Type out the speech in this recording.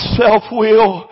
self-will